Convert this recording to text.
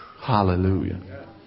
Hallelujah